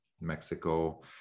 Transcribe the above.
mexico